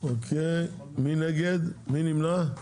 מי נמנע?